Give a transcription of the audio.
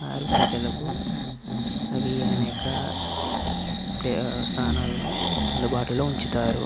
వారు ప్రజలకు అవి అనేక ప్లే స్థానంలో అందుబాటులో ఉంచుతారు